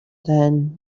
then